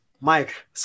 Mike